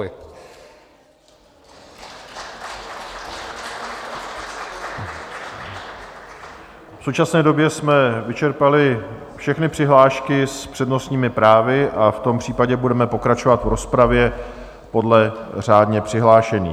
V současné době jsme vyčerpali všechny přihlášky s přednostními právy, a v tom případě budeme pokračovat v rozpravě podle řádně přihlášených.